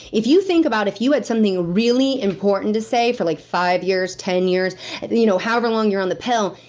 if you think about if you had something really important to say for like five years, ten years you know however long you're on the pill.